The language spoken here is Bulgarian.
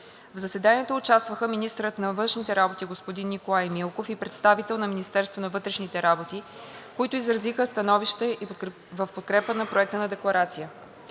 В заседанието участваха министърът на външните работи господин Николай Милков и представител на Министерството на вътрешните работи, които изразиха становища в подкрепа на Проекта на декларация.